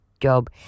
job